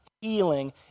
healing